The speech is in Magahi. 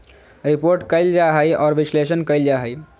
रिपोर्ट कइल जा हइ और विश्लेषण कइल जा हइ